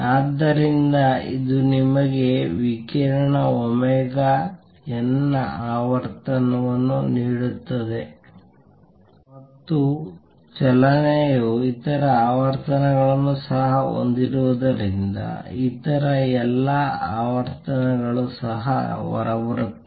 ಆದ್ದರಿಂದ ಇದು ನಿಮಗೆ ವಿಕಿರಣ ಒಮೆಗಾ n ನ ಆವರ್ತನವನ್ನು ನೀಡುತ್ತದೆ ಮತ್ತು ಚಲನೆಯು ಇತರ ಆವರ್ತನಗಳನ್ನು ಸಹ ಹೊಂದಿರುವುದರಿಂದ ಇತರ ಎಲ್ಲಾ ಆವರ್ತನಗಳು ಸಹ ಹೊರಬರುತ್ತವೆ